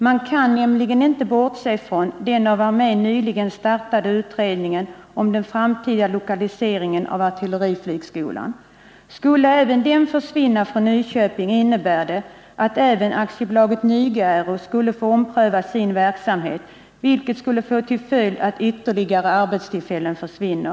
Man kan nämligen inte bortse från den av armén nyligen startade utredningen om den Nr 21 Nyköping innebär det att även AB Nyge Aero skulle få ompröva sin 5 november 1979 verksamhet, vilket skulle få till följd att ytterligare arbetstillfällen för svann.